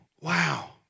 Wow